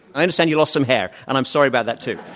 i understand you lost some hair. and i'm sorry about that too.